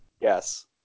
Yes